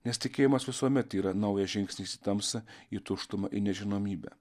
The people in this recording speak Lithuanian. nes tikėjimas visuomet yra naujas žingsnis į tamsą į tuštumą į nežinomybę